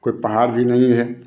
कोई पहाड़ भी नहीं है